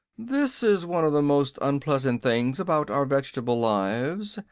this is one of the most unpleasant things about our vegetable lives,